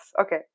Okay